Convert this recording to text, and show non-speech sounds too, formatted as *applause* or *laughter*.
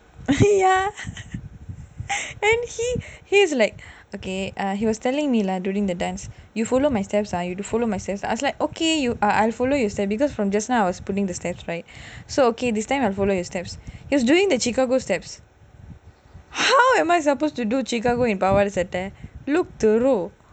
*laughs* ya and he he is like okay err he was telling me lah during the dance you follow my steps ah you follow my steps ah I was like okay I will follow your steps because from just now I was following the steps right so okay this time I follow your steps he was doing the chic a boo steps how am I supposed to do chic a boo in பாவாட சட்ட:paavaada satta